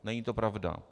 Není to pravda.